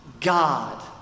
God